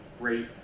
great